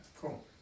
Cool